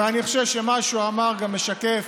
ואני חושב שמה שהוא אמר גם משקף